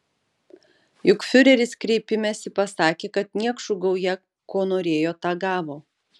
juk fiureris kreipimesi pasakė kad niekšų gauja ko norėjo tą gavo